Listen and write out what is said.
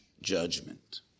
judgment